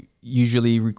usually